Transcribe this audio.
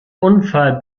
unfall